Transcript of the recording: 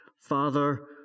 Father